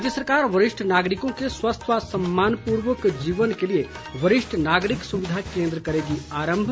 राज्य सरकार वरिष्ठ नागरिकों के स्वस्थ व सम्मानपूर्वक जीवन के लिए वरिष्ठ नागरिक सुविधा केन्द्र करेगी आरंभ